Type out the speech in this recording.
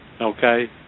okay